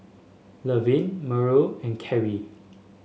Lavelle Mallory and Kerry